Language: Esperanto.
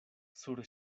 sur